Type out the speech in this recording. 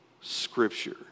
scripture